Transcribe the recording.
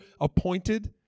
appointed